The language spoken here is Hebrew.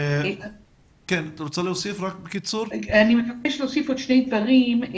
אני מבקשת להוסיף עוד שני דברים.